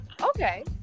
Okay